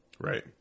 right